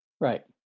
Right